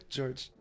George